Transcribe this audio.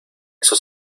eso